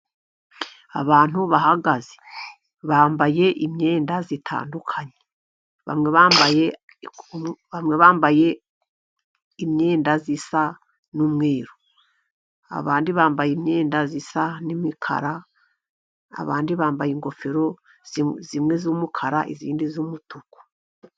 Abantu bahagaze bambaye imyenda itandukanye, bamwe bambaye bamwe bambaye imyenda isa n'umweru, abandi bambaye imyenda isa n'imikara, abandi bambaye ingofero zimwe z'umukara, izindi z'umutuku.